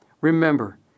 Remember